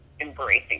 embracing